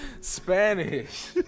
Spanish